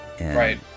Right